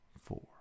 four